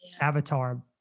avatar